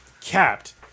capped